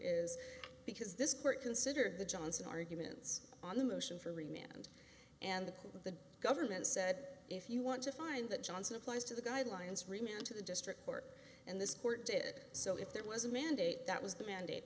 is because this court considered the johnson arguments on the motion for remained and the government said if you want to find that johnson applies to the guidelines remained to the district court and this court did so if there was a mandate that was the mandate